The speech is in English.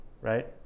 Right